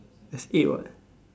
there's eight what